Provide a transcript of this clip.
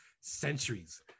centuries